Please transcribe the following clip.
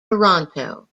toronto